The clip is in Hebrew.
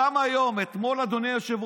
גם היום, אתמול, אדוני היושב-ראש,